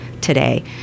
today